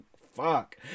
fuck